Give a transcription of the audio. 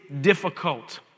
difficult